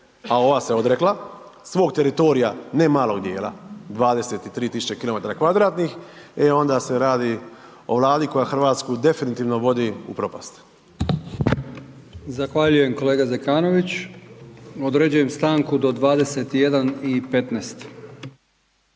a ova se odrekla svog teritorija, ne malog dijela, 23 000 km2 i onda se radi o vladi koja Hrvatsku definitivno vodi u propast. **Brkić, Milijan (HDZ)** Zahvaljujem kolega Zekanović. Određujem stanku do 21 i 15.